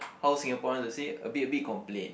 how Singaporeans will say a bit a bit complain